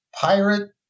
pirate